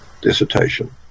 dissertation